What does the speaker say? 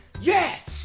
Yes